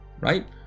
right